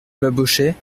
babochet